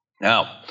Now